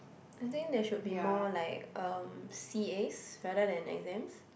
I think there should be more like um C_As rather than exams